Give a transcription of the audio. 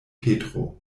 petro